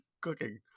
cooking